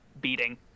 beating